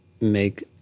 make